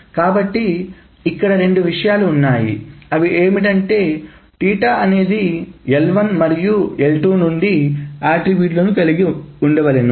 కాబట్టి ఇక్కడ రెండు విషయాలు ఉన్నాయి అవి ఏమిటంటే అనేది L1మరియు L2 నుండి అట్రిబ్యూట్లను కలిగి ఉండవలెను